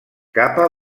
capa